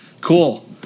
Cool